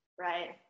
Right